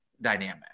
dynamic